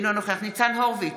אינו נוכח ניצן הורוביץ,